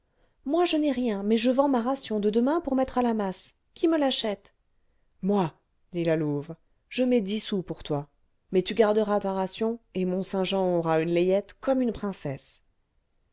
moi je n'ai rien mais je vends ma ration de demain pour mettre à la masse qui me l'achète moi dit la louve je mets dix sous pour toi mais tu garderas ta ration et mont-saint-jean aura une layette comme une princesse